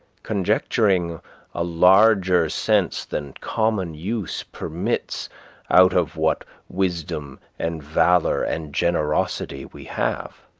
conjecturing a larger sense than common use permits out of what wisdom and valor and generosity we have.